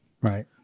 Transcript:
right